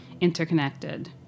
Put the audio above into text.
interconnected